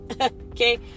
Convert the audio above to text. okay